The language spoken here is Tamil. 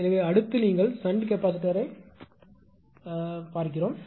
எனவே அடுத்து நீங்கள் ஷன்ட் கெபாசிட்டார் என்று அழைக்கிறீர்கள்